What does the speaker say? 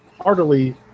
heartily